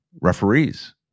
referees